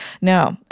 No